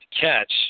catch